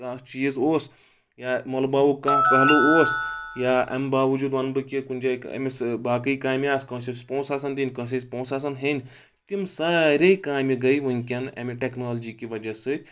کانٛہہ چیٖز اوس یا مۄلہٕ باوُک کانٛہہ پہلو اوس یا اَمہِ باوجوٗد وَنہٕ بہٕ کہِ کُنہِ جایہِ أمِس باقٕے کامہِ آسہٕ کٲنٛسہِ ٲسٕس پونٛسہٕ آسَن دِنۍ کٲنٛسہِ ٲسۍ پونٛسہٕ آسَن ہیٚنۍ تِم سارے کامہِ گٔے وٕنکیٚن اَمہِ ٹیٚکنالجی کہِ وجہ سۭتۍ